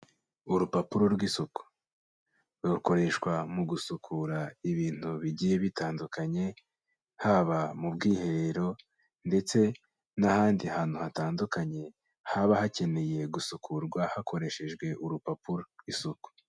Urupapuro rw'isuku, rukoreshwa mu gusukura ibintu bigiye bitandukanye, haba mu bwiherero ndetse n'ahandi hantu hatandukanye haba hakeneye gusukurwa hakoreshejwe urupapuro rw'isuku.